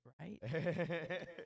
right